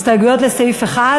הסתייגויות לסעיף 1